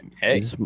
Hey